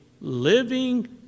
living